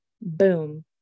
boom